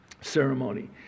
ceremony